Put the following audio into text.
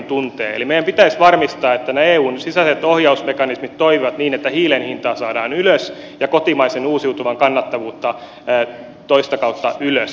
eli meidän pitäisi varmistaa että ne eun sisäiset ohjausmekanismit toimivat niin että hiilen hintaa saadaan ylös ja kotimaisen uusiutuvan kannattavuutta toista kautta ylös